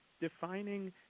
defining